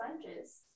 sponges